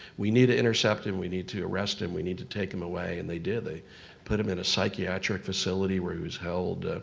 we need to intercept him, and we need to arrest him. we need to take him away, and they did. they put him in a psychiatric facility where he was held